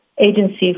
agency